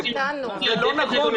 זה לא נכון,